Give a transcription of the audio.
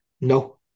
No